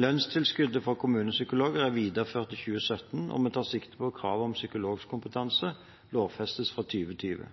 Lønnstilskuddet for kommunepsykologer er videreført i 2017, og vi tar sikte på at kravet om psykologkompetanse lovfestes fra 2020.